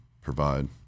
Provide